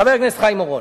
חבר הכנסת חיים אורון,